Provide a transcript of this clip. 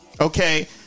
Okay